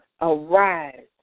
arise